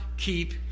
keep